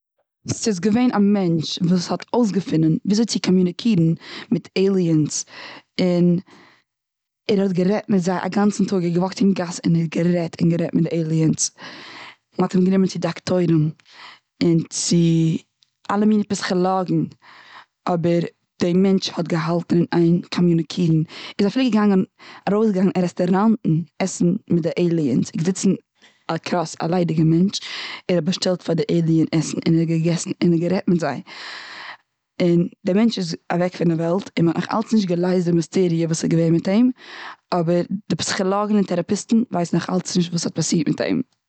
ס'איז געווען א מענטש וואס האט אויס געפינען וויאזוי צו קאמיוניקירן מיט עיליענס. און, ער האט גערעדט מיט זיי א גאנצן טאג. ער האט געוואקט און גאס און גערעדט, און גערעדט מיט די עיליענס. מ'האט אים גענומען צו דאקטוירים. און צו אלע מינע פסיכאלאגן. אבער די מענטש האט גע אלטן און איין קאמיוניקירן. ער איז אפילו געגאנגען, ארויס געגאנגען און רעסטאראנטן עסן מיט די עיליענס. ער איז געזיצן א קראס א ליידיגע מענטש. ער האט באשטעלט פאר די עיליען עסן. און ער האט געגעסן און ער האט גערעדט מיט זיי. און די מענטש איז אוועק פון די וועלט און מ'האט נאך אלץ נישט געלייזט די מיסטעריע וואס איז געווען מיט אים. אבער די פסיכאלאגן און טעראפיסטן ווייסן נאך אלץ נישט וואס איז האט פאסירט מיט אים.